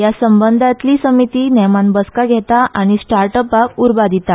ह्या संबंदांतली समिती नेमान बसका घेता आनी स्टार्टअपाक उर्बा दिता